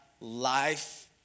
life